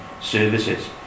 services